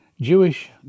Jewish